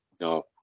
no